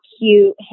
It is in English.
cute